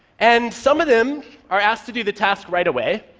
and some of them are asked to do the task right away.